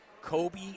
Kobe